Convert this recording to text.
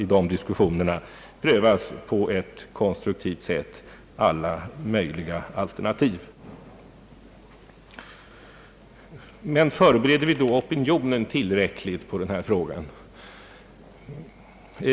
Alla tänkbara alternativ prövas på ett konstruktivt sätt. Men förbereder vi då opinionen tillräckligt på den här frågan?